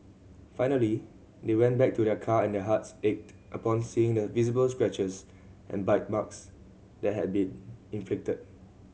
finally they went back to their car and their hearts ached upon seeing the visible scratches and bite marks that had been inflicted